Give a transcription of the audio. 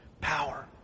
power